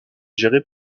géré